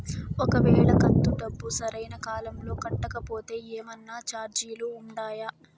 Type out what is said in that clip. ఒక వేళ కంతు డబ్బు సరైన కాలంలో కట్టకపోతే ఏమన్నా చార్జీలు ఉండాయా?